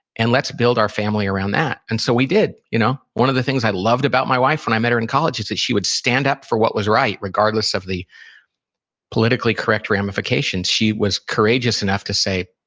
and let's build our family around that. and so we did you know one of the things i loved about my wife when i met her in college that she would stand up for what was right, regardless of the politically correct ramifications. she was courageous enough to say,